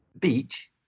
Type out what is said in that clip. Beach